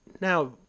now